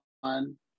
one